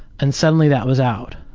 and suddenly that was out.